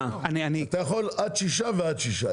יכול עד שישה ועד שישה.